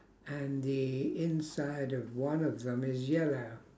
and the inside of one of them is yellow